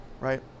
right